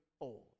old